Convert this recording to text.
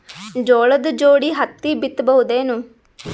ಜೋಳದ ಜೋಡಿ ಹತ್ತಿ ಬಿತ್ತ ಬಹುದೇನು?